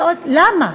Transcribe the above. למה?